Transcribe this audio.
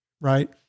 right